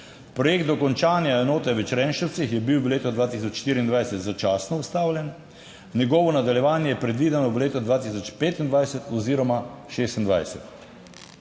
"Projekt dokončanja enote v Črenšovcih je bil v letu 2024 začasno ustavljen. Njegovo nadaljevanje je predvideno v letu 2025 oziroma 2026."